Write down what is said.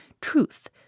Truth